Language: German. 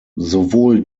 sowohl